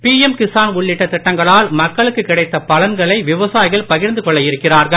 PM கிஸான்உள்ளிட்டதிட்டங்களால்தங்களுக்குகிடைத்தபலன்களைவிவசாயி கள்பகிர்ந்துகொள்ளஇருக்கிறார்கள்